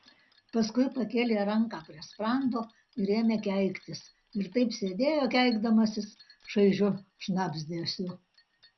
paskui pakėlė ranką prie sprando ir ėmė keiktis ir taip sėdėjo keikdamasis šaižiu šnabždesiu